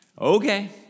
Okay